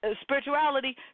spirituality